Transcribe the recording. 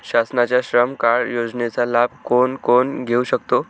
शासनाच्या श्रम कार्ड योजनेचा लाभ कोण कोण घेऊ शकतो?